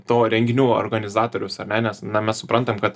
to renginių organizatorius ar ne nes na mes suprantam kad